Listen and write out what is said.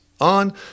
on